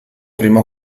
primo